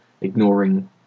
ignoring